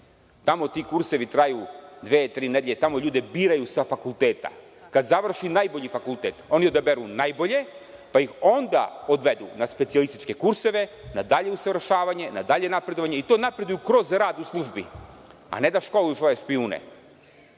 tamo ti kursevi traju dve ili tri nedelje i tamo ljude biraju sa fakulteta. Kada završi najbolji fakultet, oni odaberu najbolje, onda odvedu na specijalističke kurseve, na dalje usavršavanje, napredovanje i to napreduju kroz rad u službi, a ne da školuju svoje špijune.